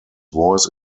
voice